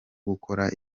gukora